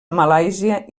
malàisia